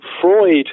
Freud